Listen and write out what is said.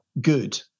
good